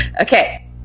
Okay